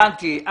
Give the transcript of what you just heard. הבנתי.